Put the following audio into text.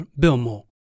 Bilmo